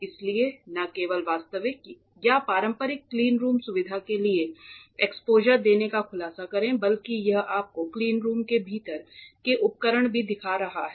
इसलिए न केवल वास्तविक या पारंपरिक क्लीनरूम सुविधा के लिए एक्सपोजर देने का खुलासा करें बल्कि यह आपको क्लीनरूम के भीतर के उपकरण भी दिखा रहा है